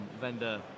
vendor